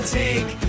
take